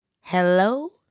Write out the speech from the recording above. Hello